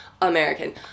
American